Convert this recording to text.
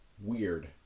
Weird